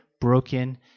broken